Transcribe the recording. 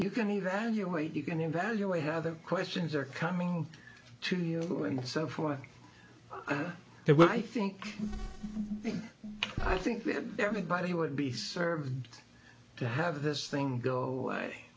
you can evaluate you can evaluate how the questions are coming to you and so forth it well i think i think everybody would be served to have this thing go away